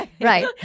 Right